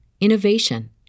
innovation